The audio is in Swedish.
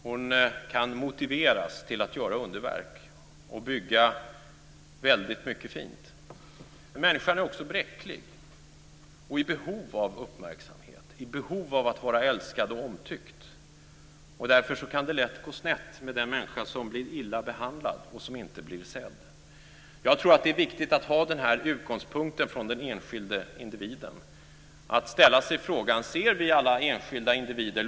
Hon kan motiveras till att göra underverk och bygga väldigt mycket fint. Men människan är också bräcklig och i behov av uppmärksamhet och i behov av att vara älskad och omtyckt. Därför kan det lätt gå snett med den människa som blir illa behandlad och som inte blir sedd. Jag tror att det är viktigt att ha denna utgångspunkt från den enskilde individen, att ställa sig frågan: Ser vi alla enskilda individer?